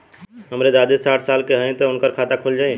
हमरे दादी साढ़ साल क हइ त उनकर खाता खुल जाई?